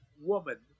woman